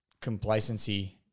complacency